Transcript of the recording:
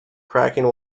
cracking